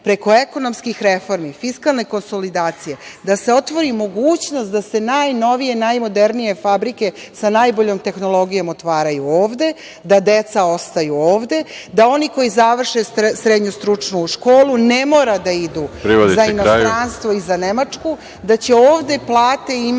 preko ekonomskih reformi, fiskalne konsolidacije, da se otvori mogućnost da se najnovije, najmodernije fabrike sa najboljom tehnologijom otvaraju ovde, da deca ostaju ovde, da oni koji završe srednju stručnu škola ne moraju da idu za inostranstvo i za Nemačku, da će ovde plate imati